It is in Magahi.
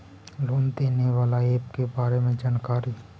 लोन देने बाला ऐप के बारे मे जानकारी?